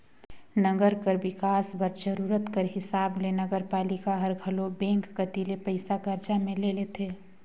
नंगर कर बिकास बर जरूरत कर हिसाब ले नगरपालिका हर घलो बेंक कती ले पइसा करजा में ले लेथे